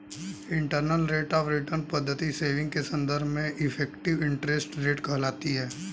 internal rate of return पद्धति saving के संदर्भ में इफेक्टिव इंटरेस्ट रेट कहलाती है